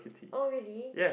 oh really